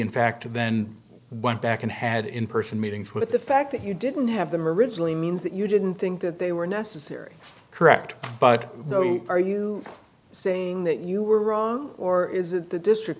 in fact then went back and had in person meetings with the fact that you didn't have them originally means that you didn't think that they were necessary correct but are you saying that you were wrong or is it the district